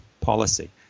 policy